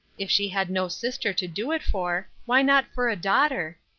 if she had no sister to do it for, why not for a daughter?